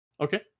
Okay